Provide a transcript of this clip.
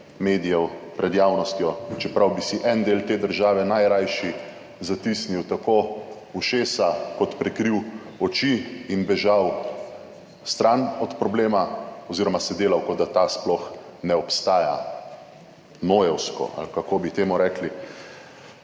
medijev, pred javnostjo, čeprav bi si en del te države najrajši zatisnil tako ušesa kot prekril oči in bežal stran od problema, oziroma se delal, kot da ta sploh ne obstaja. Nojevsko ali kako bi temu rekli.